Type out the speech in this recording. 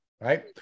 Right